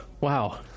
Wow